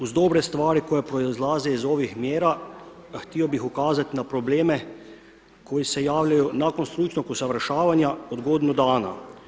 Uz dobre stvari koje proizlaze iz ovih mjera htio bih ukazati na probleme koji se javljaju nakon stručnog usavršavanja od godinu dana.